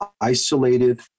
isolated